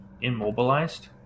immobilized